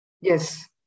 Yes